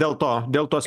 dėl to dėl tos